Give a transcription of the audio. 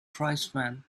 tribesman